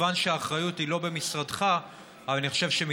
כמובן שהאחריות היא לא במשרדך,